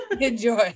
Enjoy